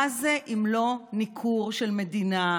מה זה אם לא ניכור של מדינה,